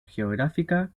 geográfica